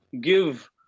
give